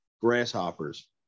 grasshoppers